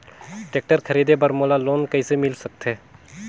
Tractor खरीदे बर मोला लोन कइसे मिल सकथे?